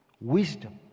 Wisdom